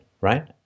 right